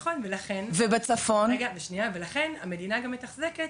נכון, ולכן המדינה גם מתחזקת